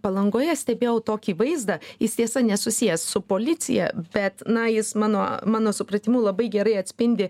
palangoje stebėjau tokį vaizdą jis tiesa nesusijęs su policija bet na jis mano mano supratimu labai gerai atspindi